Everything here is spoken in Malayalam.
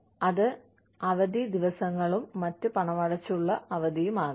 അത് അവധി ദിവസങ്ങളും മറ്റ് പണമടച്ചുള്ള അവധിയും ആകാം